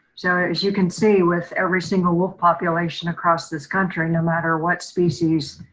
so as you can see, with every single wolf population across this country, no matter what species